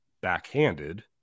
backhanded